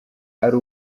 ari